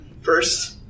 First